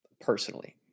personally